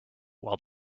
while